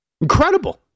Incredible